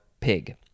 pig